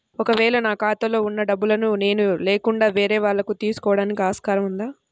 ఒక వేళ నా ఖాతాలో వున్న డబ్బులను నేను లేకుండా వేరే వాళ్ళు తీసుకోవడానికి ఆస్కారం ఉందా?